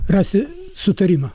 rasti sutarimą